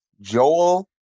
Joel